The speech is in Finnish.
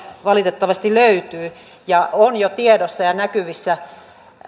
valitettavasti löytyy on jo tiedossa ja näkyvissä